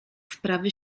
sprawy